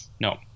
No